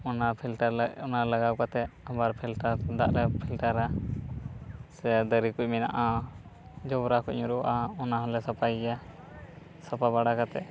ᱚᱱᱟ ᱯᱷᱤᱞᱴᱟᱨ ᱚᱱᱟ ᱞᱟᱜᱟᱣ ᱠᱟᱛᱮ ᱟᱵᱟᱨ ᱯᱷᱤᱞᱴᱟᱨ ᱫᱟᱜ ᱞᱮ ᱯᱷᱤᱞᱴᱟᱨᱟ ᱥᱮ ᱫᱟᱨᱮ ᱠᱩᱡ ᱢᱮᱱᱟᱜᱼᱟ ᱡᱚᱵᱽᱨᱟ ᱠᱚ ᱧᱩᱨᱩᱭᱟᱜᱼᱟ ᱚᱱᱟ ᱦᱚᱞᱮ ᱥᱟᱯᱷᱟᱭ ᱜᱮᱭᱟ ᱥᱟᱯᱷᱟ ᱵᱟᱲᱟ ᱠᱟᱛᱮᱫ